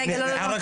מאיר יצחק,